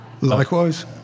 likewise